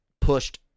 pushed